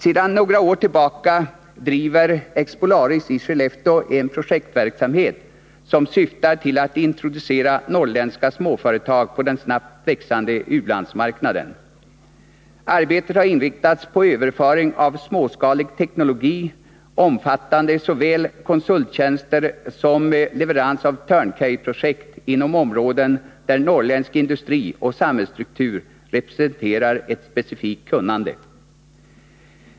Sedan några år tillbaka driver Expolaris i Skellefteå en projektverksamhet som syftar till att introducera norrländska småföretag på den snabbt växande u-landsmarknaden. Arbetet har inriktats på överföring av småskalig teknologi, omfattande såväl konsulttjänster som leverans av ”turn key”- projekt inom områden där norrländsk industri och samhällsstruktur representerar ett specifikt kunnande.